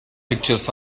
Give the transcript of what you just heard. pictures